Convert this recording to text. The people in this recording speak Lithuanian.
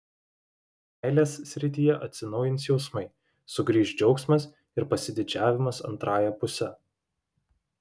meilės srityje atsinaujins jausmai sugrįš džiaugsmas ir pasididžiavimas antrąja puse